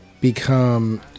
become